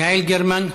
יעל גרמן,